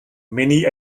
many